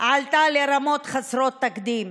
עלתה לרמות חסרות תקדים,